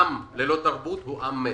ללא תרבות הוא עם מת.